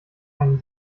einen